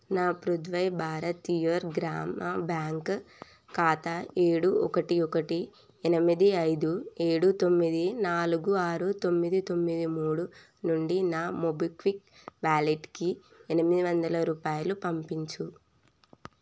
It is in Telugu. నా పుదువై భారతీయర్ గ్రామ బ్యాంక్ ఖాతా ఏడు ఒకటి ఒకటి ఎనిమిది ఐదు ఏడు తొమ్మిది నాలుగు ఆరు తొమ్మిది తొమ్మిది మూడు నుండి నా మోబిక్విక్ వ్యాలెట్కి ఎనిమిది వందల రూపాయలు పంపించుము